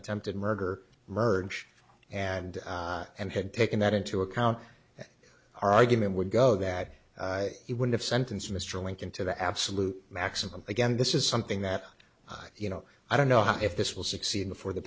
attempted murder murder and and had taken that into account the argument would go that he would have sentenced mr lincoln to the absolute maximum again this is something that you know i don't know if this will succeed before the